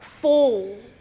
fold